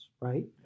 right